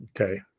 Okay